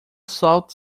salta